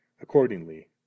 accordingly